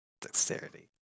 Dexterity